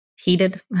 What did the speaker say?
heated